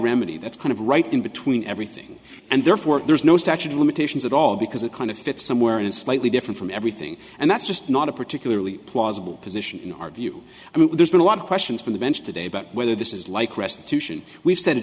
remedy that's kind of right in between everything and therefore there's no statute of limitations at all because it kind of fits somewhere in a slightly different from everything and that's just not a particularly plausible position in our view i mean there's been a lot of questions from the bench today about whether this is like restitution we've said